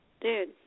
Dude